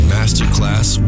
Masterclass